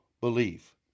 belief